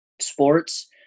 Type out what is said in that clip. sports